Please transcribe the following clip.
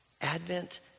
Advent